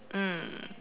mm